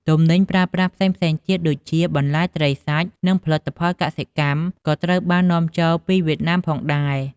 ទំនិញប្រើប្រាស់ផ្សេងៗទៀតដូចជាបន្លែ ត្រី សាច់ និងផលិតផលកសិកម្មក៏ត្រូវបាននាំចូលពីវៀតណាមផងដែរ។